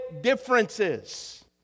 differences